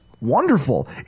Wonderful